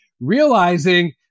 realizing